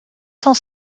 cent